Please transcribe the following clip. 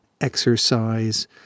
exercise